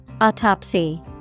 Autopsy